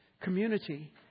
Community